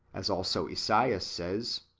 as also esaias says,